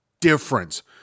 difference